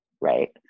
Right